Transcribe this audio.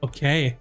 Okay